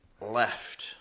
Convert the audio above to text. left